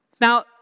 Now